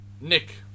Nick